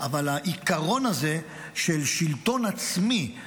אבל העיקרון הזה של שלטון עצמי,